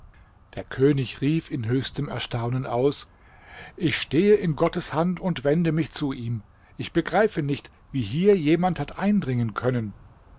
der könig rief in höchstem erstaunen aus ich stehe in gottes hand und wende mich zu ihm ich begreife nicht wie hier jemand hat eindringen können